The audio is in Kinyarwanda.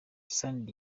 sunny